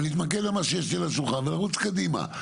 ולהתמקד במה שיש לי על השולחן ולרוץ קדימה.